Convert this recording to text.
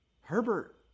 Herbert